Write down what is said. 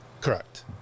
Correct